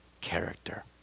character